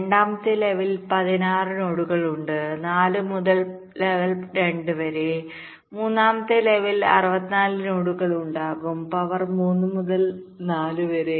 രണ്ടാമത്തെ ലെവലിൽ 16 നോഡുകൾ ഉണ്ട് 4 മുതൽ ലെവൽ 2 വരെ മൂന്നാമത്തെ ലെവലിൽ 64 നോഡുകൾ ഉണ്ടാകും പവർ 3 മുതൽ 4 വരെ